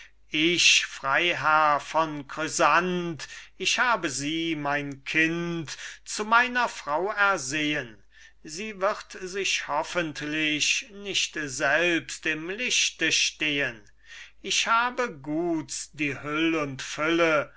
ich freiherr von chrysant ich habe sie mein kind zu meiner frau ersehen sie wird sich hoffentlich nicht selbst im lichte stehen ich habe guts die hüll und fülle